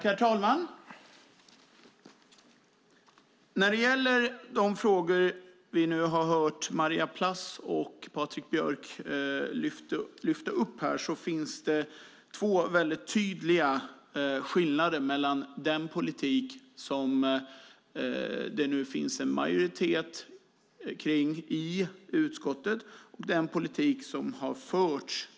Herr talman! När det gäller de frågor vi nu hört Maria Plass och Patrik Björck här lyfta fram kan jag säga att det finns två väldigt tydliga skillnader mellan den politik som det nu i utskottet finns en majoritet för och den politik som tidigare förts.